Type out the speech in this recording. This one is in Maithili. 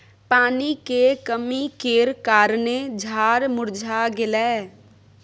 पानी के कमी केर कारणेँ झाड़ मुरझा गेलै